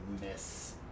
miss